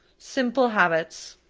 simple habits,